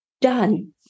done